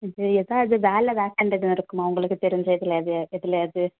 இங்கே ஏதாவது வேலை வேக்கென்ட் எதுவும் இருக்குமா உங்களுக்கு தெரிஞ்ச எதுலயாவது எதுலயாவது